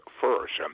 first